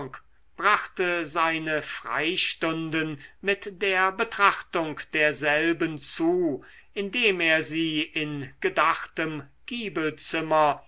brachte seine freistunden mit der betrachtung derselben zu indem er sie in gedachtem